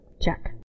check